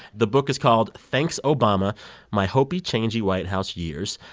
the book is called thanks, obama my hopey, changey white house years.